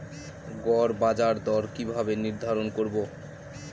গড় বাজার দর কিভাবে নির্ধারণ করব?